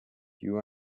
you